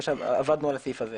עבדנו על הסעיף הזה.